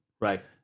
Right